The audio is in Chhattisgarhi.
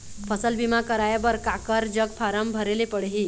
फसल बीमा कराए बर काकर जग फारम भरेले पड़ही?